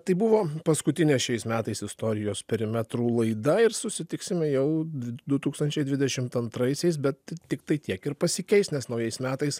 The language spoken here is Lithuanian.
tai buvo paskutinė šiais metais istorijos perimetrų laida ir susitiksime jau du tūkstančiai dvidešimt antraisiais bet tiktai tiek ir pasikeis nes naujais metais